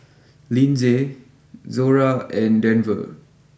Lindsey Zora and Denver